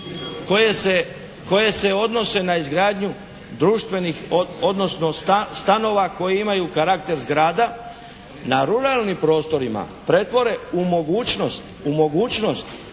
koje se odnose na izgradnju društvenih, odnosno stanova koji imaju karakter zgrada na ruralnim prostorima pretvore u mogućnost financijskog